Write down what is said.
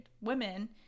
women